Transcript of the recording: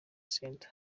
centre